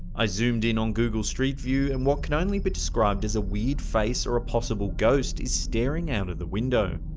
i zoomed in on google street view and what can only be described as a weird face or a possible ghost is staring out of the window.